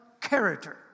character